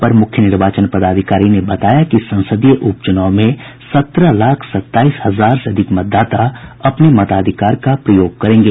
अपर मुख्य निर्वाचन पदाधिकारी संजय कुमार सिंह ने बताया कि संसदीय उप चुनाव में सत्रह लाख सत्ताईस हजार से अधिक मतदाता अपने मताधिकार का प्रयोग करेंगे